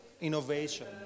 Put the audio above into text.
innovation